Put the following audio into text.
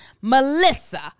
Melissa